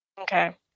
okay